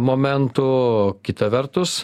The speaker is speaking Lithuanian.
momentų kita vertus